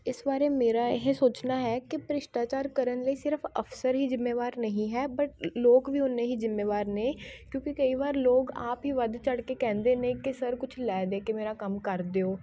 ਇਸ ਬਾਰੇ ਮੇਰਾ ਇਹ ਸੋਚਣਾ ਹੈ ਕਿ ਭ੍ਰਿਸ਼ਟਾਚਾਰ ਕਰਨ ਲਈ ਸਿਰਫ਼ ਅਫ਼ਸਰ ਹੀ ਜ਼ਿਮੇਵਾਰ ਨਹੀਂ ਹੈ ਬਟ ਲੋਕ ਵੀ ਓਨੇ ਹੀ ਜ਼ਿੰਮੇਵਾਰ ਨੇ ਕਿਉਂਕਿ ਕਈ ਵਾਰ ਲੋਕ ਆਪ ਹੀ ਵੱਧ ਚੜ੍ਹ ਕੇ ਕਹਿੰਦੇ ਨੇ ਕਿ ਸਰ ਕੁਝ ਲੈ ਦੇ ਕੇ ਮੇਰਾ ਕੰਮ ਕਰ ਦਿਓ